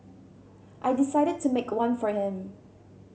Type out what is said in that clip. I decided to make one for him